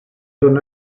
hwn